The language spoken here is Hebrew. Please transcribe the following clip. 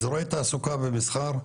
אזורי תעסוקה ומסחר,